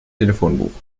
telefonbuch